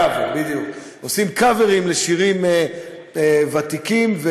קאברים לשירים ותיקים.